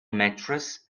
mattress